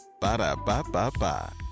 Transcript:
Ba-da-ba-ba-ba